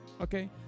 okay